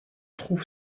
trouve